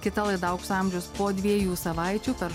kitą laidą aukso amžiaus po dviejų savaičių per